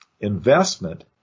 investment